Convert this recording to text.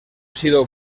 sido